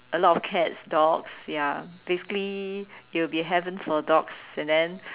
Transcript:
a lot of cats dogs ya basically it'll be a heaven for dogs and then